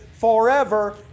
forever